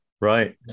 Right